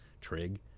trig